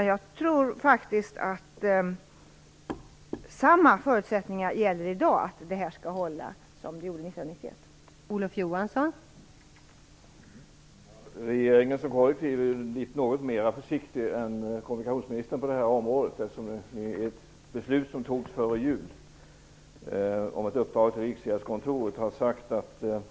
Jag tror att de förutsättningar för att det här skall hålla som gällde 1991 gäller också i dag.